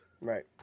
Right